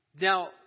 Now